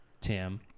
Tim-